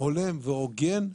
הולם והוגן,